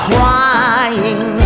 Crying